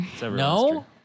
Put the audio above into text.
No